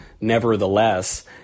nevertheless